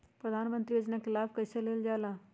प्रधानमंत्री योजना कि लाभ कइसे लेलजाला?